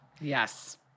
Yes